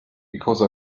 because